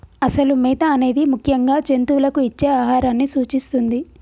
అసలు మేత అనేది ముఖ్యంగా జంతువులకు ఇచ్చే ఆహారాన్ని సూచిస్తుంది